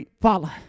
follow